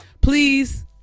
please